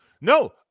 No